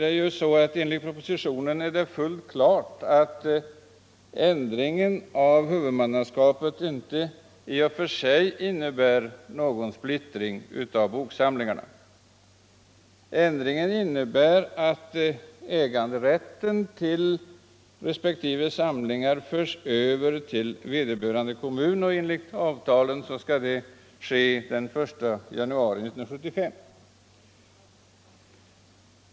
Det är enligt propositionen fullt klart att ändringen av huvudmannaskapet i och för sig inte innebär någon splittring av boksamlingarna utan att äganderätten till respektive samling förs över till vederbörande kommun, och enligt avtal skall det ske den 1 januari 1975.